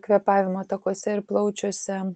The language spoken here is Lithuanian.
kvėpavimo takuose ir plaučiuose